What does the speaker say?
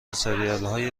سریالهای